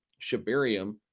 Shibarium